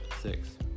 Six